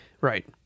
Right